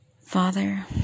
Father